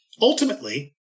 ultimately